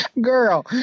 Girl